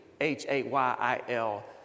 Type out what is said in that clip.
H-A-Y-I-L